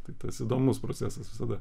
tai tas įdomus procesas visada